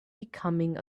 becoming